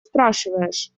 спрашиваешь